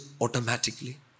automatically